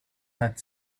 had